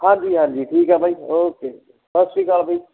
ਹਾਂਜੀ ਹਾਂਜੀ ਠੀਕ ਹੈ ਬਾਈ ਓਕੇ ਸਤਿ ਸ਼੍ਰੀ ਅਕਾਲ ਬਾਈ